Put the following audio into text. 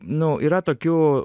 nu yra tokių